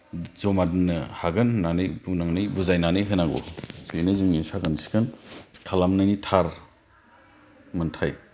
जमा दोननो हागोन होन्नानै बुंनानै बुजायनानै होनांगौ बेनो जोंनि साखोन सिखोन खालामनायनि थार मोन्थाय